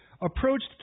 approached